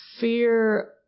fear